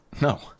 No